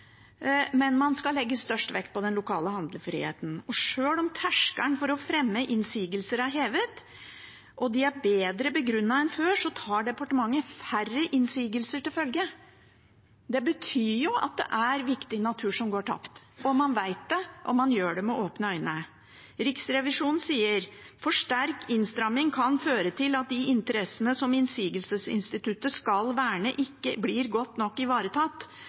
men man skal legge størst vekt på den lokale handlefriheten. Og sjøl om terskelen for å fremme innsigelser er hevet og de er bedre begrunnet enn før, tar departementet færre innsigelser til følge. Det betyr at viktig natur går tapt. Man vet det, og man gjør det med åpne øyne. Riksrevisjonen sier: «For sterk innstramming kan føre til at de interessene som innsigelsesinstituttet skal verne, ikke blir godt nok ivaretatt,